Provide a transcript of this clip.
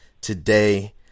today